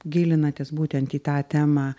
gilinatės būtent į tą temą